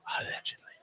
allegedly